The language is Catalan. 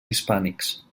hispànics